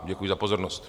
Děkuji za pozornost.